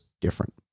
different